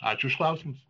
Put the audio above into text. ačiū už klausimus